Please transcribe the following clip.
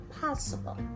possible